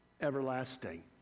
everlasting